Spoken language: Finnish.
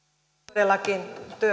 todellakin